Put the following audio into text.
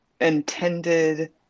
intended